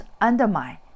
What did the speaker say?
undermine